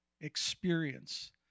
experience